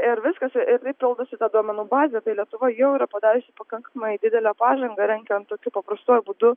ir viskas ir taip pildosi ta duomenų bazė tai lietuva jau yra padariusi pakankamai didelę pažangą renkant tokiu paprastuoju būdu